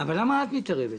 אבל למה את מתערבת?